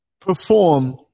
perform